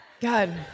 God